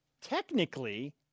technically